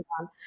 on